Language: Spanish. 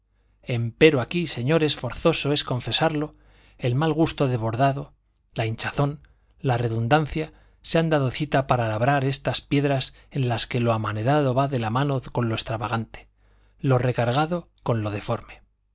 delicado empero aquí señores forzoso es confesarlo el mal gusto desbordado la hinchazón la redundancia se han dado cita para labrar estas piedras en las que lo amanerado va de la mano con lo extravagante lo recargado con lo deforme